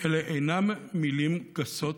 אלה אינן מילים גסות,